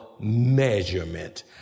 measurement